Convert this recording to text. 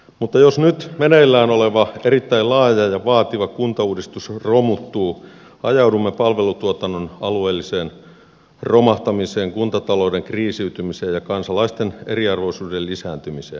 mutta jos nyt meneillään oleva erittäin laaja ja vaativa kuntauudistus romuttuu ajaudumme palvelutuotannon alueelliseen romahtamiseen kuntatalouden kriisiytymisen ja kansalaisten eriarvoisuuden lisääntymiseen